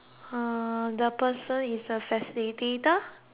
the person is a facilitator